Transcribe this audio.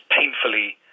painfully